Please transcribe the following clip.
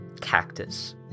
cactus